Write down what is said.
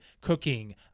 cooking